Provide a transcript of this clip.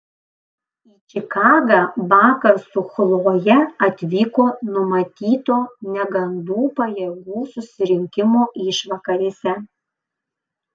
į čikagą bakas su chloje atvyko numatyto negandų pajėgų susirinkimo išvakarėse